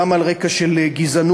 גם על רקע של גזענות,